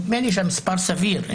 נדמה לי שהמספר סביר.